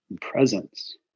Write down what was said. presence